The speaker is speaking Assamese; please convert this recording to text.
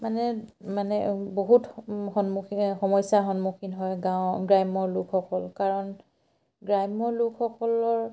মানে মানে বহুত সন্মুখীন সমস্যাৰ সন্মুখীন হয় গাঁৱৰ গ্ৰাম্য লোকসকল কাৰণ গ্ৰাম্য লোকসকলৰ